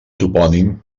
topònim